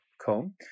comb